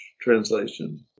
translation